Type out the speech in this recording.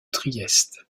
trieste